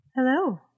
Hello